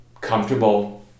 comfortable